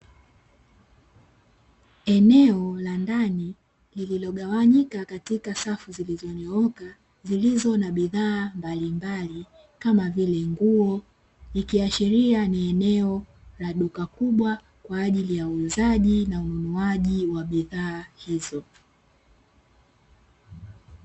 Eneo la ndani lililogawanyika katika safu zilizonyooka, zilizo na bidhaa mbalimbali kama vile nguo. Likiashiria ni eneo la duka kubwa kwa ajili ya uuzaji na ununuaji wa bidhaa hizo.